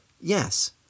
Yes